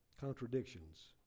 Contradictions